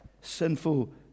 sinful